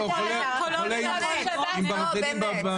נו, באמת.